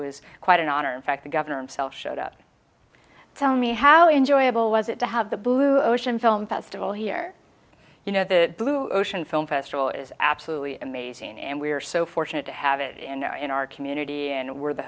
was quite an honor fact the governor and sell shutout tell me how enjoyable was it to have the blue ocean film festival here you know the blue ocean film festival is absolutely amazing and we're so fortunate to have it in our community and we're the